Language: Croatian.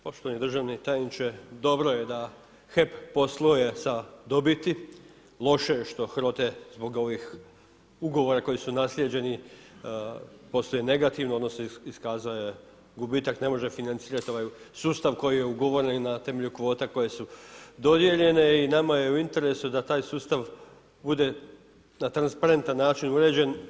Poštovani državni tajniče, dobro je da HEP posluje sa dobiti, loše je što HROTE zbog ovih ugovora koji su naslijeđeni posluje negativno, odnosno iskazao je gubitak, ne može financirati ovaj sustav koji je ugovoren na temelju kvota koje su dodijeljene i nama je u interesu da taj sustav bude na transparentan način uređen.